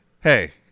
Hey